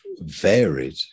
varied